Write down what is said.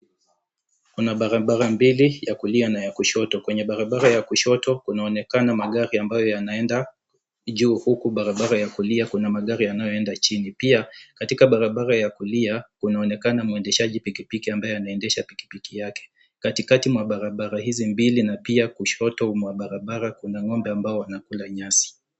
Kuna barabara mbili, ya kulia na ya kushoto. Kwenye barabara ya kushoto kunaonekana magari ambayo yanaenda juu huku barabara ya kulia kuna magari yanayoenda chini. Pia katika barabara ya kulia kunaonekana mwendeshaji pikipiki ambaye anaendesha pikipiki yake katikati mwa barabara hizi mbili na pia kushoto mwa barabara kuna ng'ombe ambao wanakula nyasi.